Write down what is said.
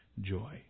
joy